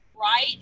right